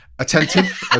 attentive